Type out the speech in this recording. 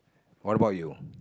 what about you